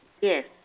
Yes